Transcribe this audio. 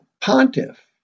pontiff